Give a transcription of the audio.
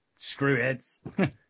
Screwheads